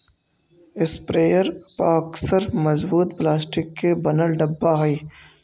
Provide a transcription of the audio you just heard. sprayer पअक्सर मजबूत plastic के बनल डब्बा हई